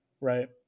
Right